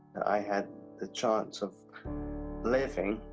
i had the chance of living.